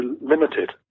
limited